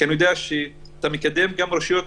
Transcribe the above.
כי אני יודע שאתה מקדם גם רשויות